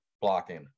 blocking